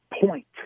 point